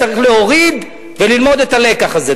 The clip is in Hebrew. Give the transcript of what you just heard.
צריך להוריד וללמוד את הלקח הזה.